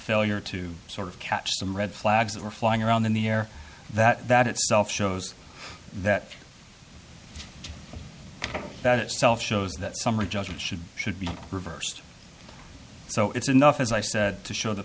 failure to sort of catch them red flags that were flying around in the air that that itself shows that that itself shows that summary judgment should be should be reversed so it's enough as i said to show the